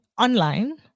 online